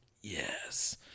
Yes